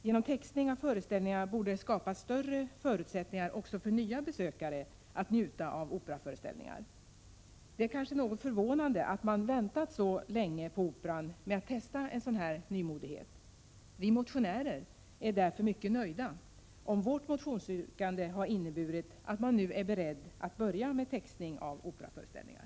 Genom textning av föreställningarna borde det skapas större förutsättningar också för nya besökare att njuta av operaföreställningar. Det är kanske förvånande att man på Operan väntat så länge med att testa en sådan nymodighet. Vi motionärer är därför mycket nöjda om vårt motionsyrkande har inneburit att man nu är beredd att börja med textning av operaföreställningar.